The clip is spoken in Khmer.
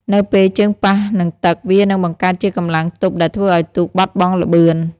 នៅពេលជើងប៉ះនឹងទឹក វានឹងបង្កើតជាកម្លាំងទប់ដែលធ្វើឱ្យទូកបាត់បង់ល្បឿន។